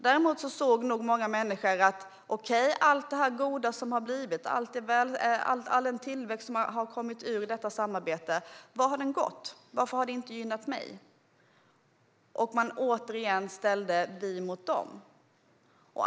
Däremot undrar många människor över vart allt det goda som blivit, all tillväxt som kommit ur samarbetet, har gått och varför det inte har gynnat just dem. Återigen ställdes vi mot dem.